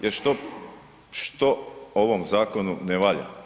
Jer što ovom zakonu ne valja?